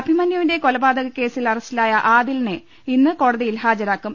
അഭിമന്യുവിന്റെ കൊലപാതകക്കേസിൽ അറസ്റ്റിലായ ആദിലിനെ ഇന്ന് കോടതിയിൽ ഹാജരാക്കും